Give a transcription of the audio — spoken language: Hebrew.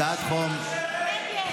הצעת חוק, אלמוג,